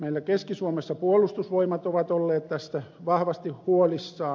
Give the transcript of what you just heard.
meillä keski suomessa puolustusvoimat ovat olleet tästä vahvasti huolissaan